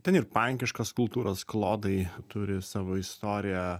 ten ir pankiškos kultūros klodai turi savo istoriją